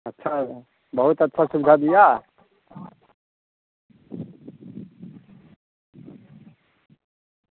अच्छा होगा बहुत अच्छा सुविधा दिया